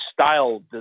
style